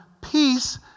peace